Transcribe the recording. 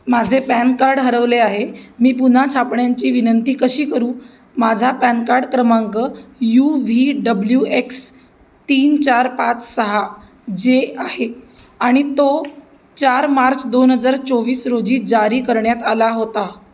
माझे PAN card हरवले आहे मी पुन्हा छापण्याची विनंती कशी करू माझा पॅन कार्ड क्रमांक यू व्ही डब्ल्यू एक्स तीन चार पाच सहा जे आहे आणि तो चार मार्च दोन हजार चोवीस रोजी जारी करण्यात आला होता